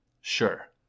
Sure